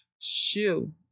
shoe